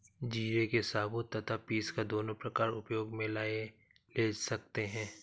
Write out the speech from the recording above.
जीरे को साबुत तथा पीसकर दोनों प्रकार उपयोग मे ले सकते हैं